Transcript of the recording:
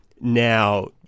Now